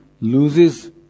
loses